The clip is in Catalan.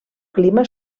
clima